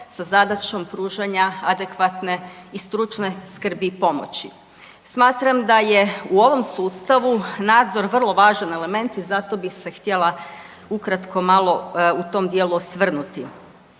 sa zadaćom pružanja adekvatne i stručne skrbi i pomoći. Smatram da je u ovom sustavu nadzor vrlo važan element i zato bih se htjela ukratko malo u tom dijelu osvrnuti.